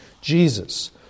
Jesus